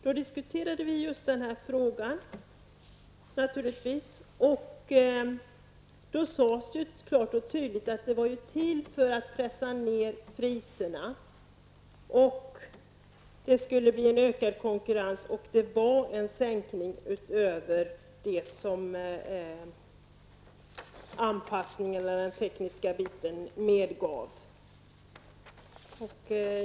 Då diskuterade vi naturligtvis just den här frågan och det sades klart och tydligt att syftet var att pressa ned priserna. Konkurrensen skulle öka. Det rörde sig om en sänkning utöver det som anpassningen och den tekniska biten medgav.